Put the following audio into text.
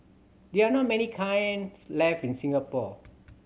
there are not many kilns left in Singapore